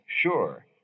sure